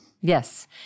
Yes